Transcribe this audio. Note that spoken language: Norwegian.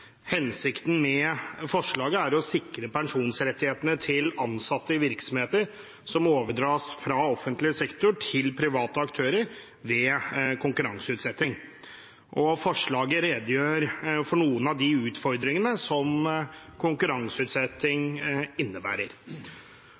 Hensikten med forslaget er å sikre pensjonsrettighetene til ansatte i virksomheter som overdras fra offentlig sektor til private aktører ved konkurranseutsetting. Forslaget redegjør for noen av de utfordringene som konkurranseutsetting innebærer.